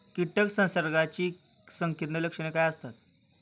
कीटक संसर्गाची संकीर्ण लक्षणे काय असतात?